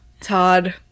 Todd